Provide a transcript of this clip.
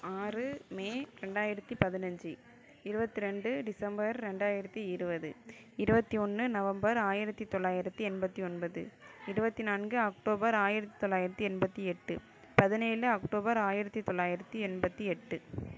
ஆறு மே ரெண்டாயிரத்தி பதினஞ்சு இருபத்தி ரெண்டு டிசம்பர் ரெண்டாயிரத்தி இருபது இருபத்தி ஒன்று நவம்பர் ஆயிரத்தி தொள்ளாயிரத்தி எண்பத்தி ஒன்பது இருபத்தி நான்கு அக்டோபர் ஆயிரத்தி தொள்ளாயிரத்தி எண்பத்தி எட்டு பதினேழு அக்டோபர் ஆயிரத்தி தொள்ளாயிரத்தி எண்பத்தி எட்டு